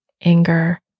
anger